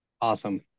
awesome